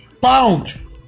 pound